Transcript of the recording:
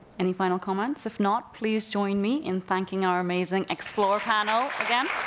any final comments, if not, please join me in thanking our amazing explorer panel again.